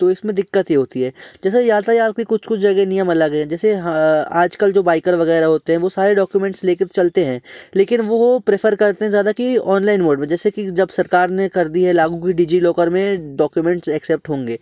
तो इसमें दिक़्क़त ये होती है जैसे यातायात के कुछ कुछ जैसे नियम अलग हैं जैसे आजकल जो बाइकर वगैरह होते हैं वो सारे डॉक्यूमेंट्स लेके तो चलते हैं लेकिन वो प्रेफ़र करते हैं ज़्यादा कि ऑनलाइन मोड में जैसे कि जब सरकार ने कर दिए हैं लागू की डिजी लॉकर में डॉक्यूमेंट्स ऐक्सेप्ट होंगे